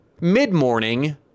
mid-morning